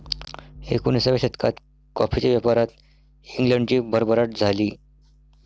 एकोणिसाव्या शतकात कॉफीच्या व्यापारात इंग्लंडची भरभराट झाली